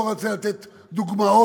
חוקים שאני לא רוצה לתת אותם כדוגמאות,